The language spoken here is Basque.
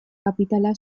kapitala